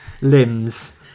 limbs